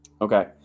Okay